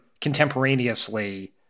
contemporaneously